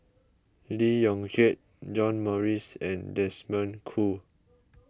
Lee Yong Kiat John Morrice and Desmond Kon